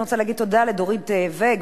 אני רוצה להגיד תודה לדורית ואג,